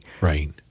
Right